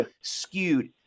skewed